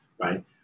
right